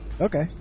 Okay